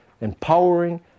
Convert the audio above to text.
empowering